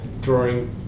drawing